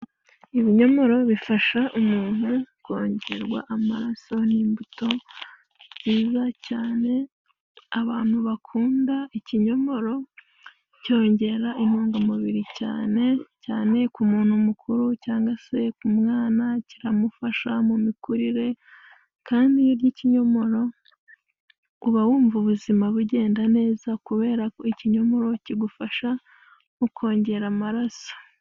Ibinyomoro bifasha umuntu kongerwa amaraso. Ni imbuto nziza cyane. Abantu bakunda ikinyomoro cyongera intungamubiri cyane cyane ku muntu mukuru, cyangwa se ku mwana kiramufasha mu mikurire, kandi iyo urya ikinyomoro uba wumva ubuzima bugenda neza kubera ko ikinyomoro kigufasha mu kongera amaraso.